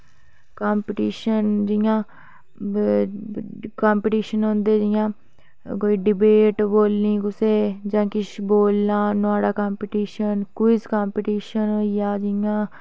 competition जि'यां competition होंदे जि'यां कोई डिबेट बोलनी कुसै जां किश बोलना नुहाड़ा कंपीटिशन क्विज कंपीटिशन होइया जि'यां